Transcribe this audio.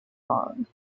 long